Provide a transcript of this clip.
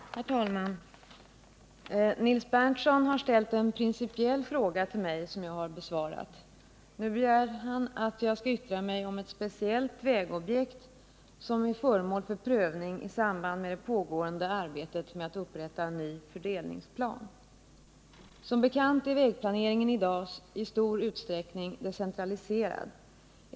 Herr talman! Nils Berndtson har ställt en principiell fråga till mig som jag har besvarat. Nu begär han att jag skall yttra mig om ett speciellt vägobjekt som är föremål för prövning i samband med det pågående arbetet med att upprätta ny fördelningsplan. Som bekant är vägplaneringen i dag i stor utsträckning decentraliserad.